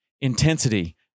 Intensity